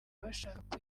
bashaka